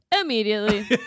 immediately